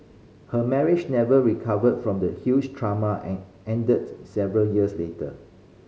her marriage never recovered from the huge trauma and ended several years later